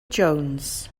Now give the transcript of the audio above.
jones